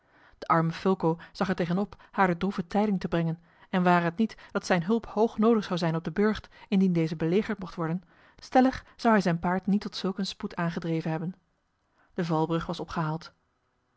de arme fulco zag er tegen op haar de droeve tijding te brengen en ware het niet dat zijne hulp hoog noodig zou zijn op den burcht indien deze belegerd mocht worden stellig zou hij zijn paard niet tot zulk een spoed aangedreven hebben de valbrug was opgehaald